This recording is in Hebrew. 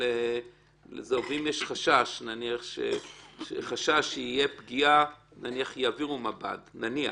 אם יש חשש שתהיה פגיעה, יעבירו מב"ד נניח.